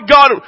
God